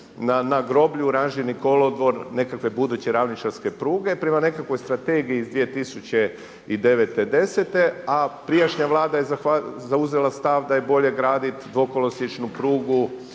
na groblju ranžirni kolodvor nekakve buduće ravničarske pruge prema nekakvoj strategiji iz 2009., 2010., a prijašnja vlada je zauzela stav da je bolje graditi dvokolosječnu prugu